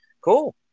Cool